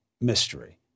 mystery